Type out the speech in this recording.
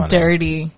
dirty